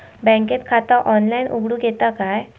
बँकेत खाता ऑनलाइन उघडूक येता काय?